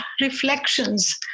reflections